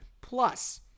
Plus